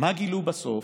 מה גילו בסוף?